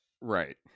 right